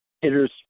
hitters